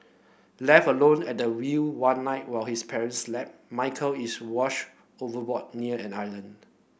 left alone at the wheel one night while his parents slept Michael is washed overboard near an island